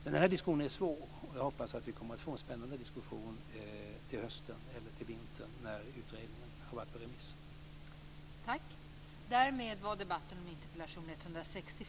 Det här är en svår diskussion. Jag hoppas att vi till hösten eller till vintern när utredningen har varit ute på remiss ska få en spännande debatt.